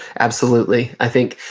absolutely. i think,